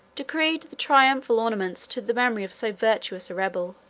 decreed the triumphal ornaments to the memory of so virtuous a rebel.